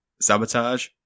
Sabotage